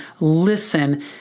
Listen